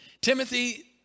Timothy